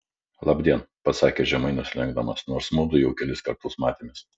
labdien pasakė žemai nusilenkdamas nors mudu jau kelis kartus matėmės